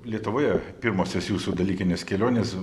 lietuvoje pirmosios jūsų dalykinės kelionės